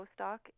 postdoc